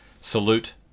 salute